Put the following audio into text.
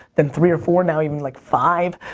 then three or four, now even like five.